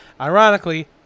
Ironically